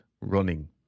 running